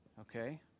Okay